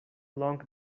long